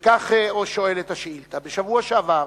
וכך שואלת השאילתא: בשבוע שעבר